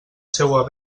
seua